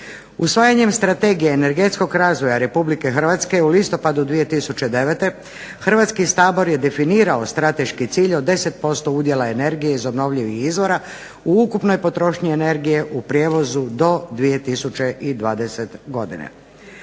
Usvajanjem strategije energetskog razvoja Republike Hrvatske u listopadu 2009. Hrvatski sabor je definirao strateški cilj od 10% udjela energije iz obnovljivih izvora u ukupnoj potrošnji energije u prijevozu do 2020. godine.